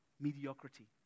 Mediocrity